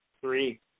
three